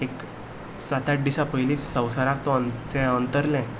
एक सात आठ दिसां पयलींच तो संवसाराक ते अंतरले